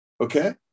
Okay